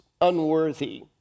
unworthy